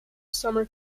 summer